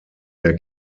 der